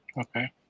okay